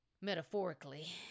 metaphorically